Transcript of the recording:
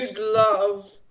Love